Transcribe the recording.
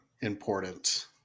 important